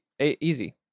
Easy